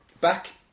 back